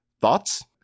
Thoughts